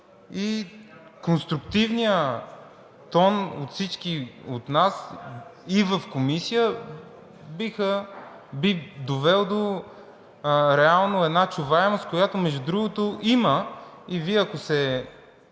и конструктивният тон на всички от нас и в комисия би довел реално до една чуваемост, която, между другото, има. И Вие, ако се